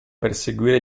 perseguire